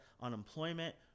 unemployment